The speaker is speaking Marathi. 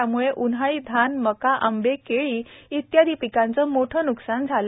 यामुळे उन्हाळी धान मका आंबे केळी इत्यादी पिकांचे मोठे न्कसान झाले